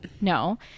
no